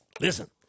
Listen